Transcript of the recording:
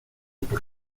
por